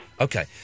Okay